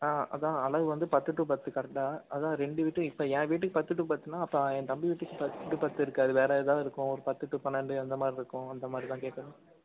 ஆ அதுதான் அளவு வந்து பத்துக்கு பத்து கரெக்டாக அதுதான் ரெண்டு வீட்டுக்கும் இப்போ என் வீட்டுக்கு பத்து டு பத்துனால் அப்போ என் தம்பி வீட்டுக்கும் பத்து பத்து இருக்காது வேறு ஏதாவது இருக்கும் பத்து டு பன்னெண்டு அந்த மாதிரி இருக்கும் அந்த மாதிரிதான் கேட்கணும்